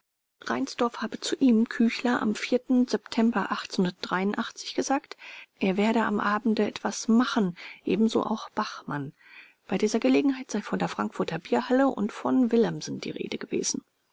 reinsdorf habe zu ihm küchler am september gesagt er werde am abende etwas machen ebenso auch bachmann bei dieser gelegenheit sei von der frankfurter bierhalle und von willemsen die rede gewesen